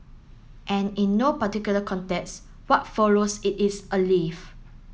and in no particular context what follows it is a leaf